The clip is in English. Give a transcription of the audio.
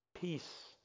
peace